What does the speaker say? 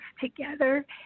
together